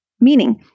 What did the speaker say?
meaning